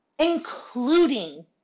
including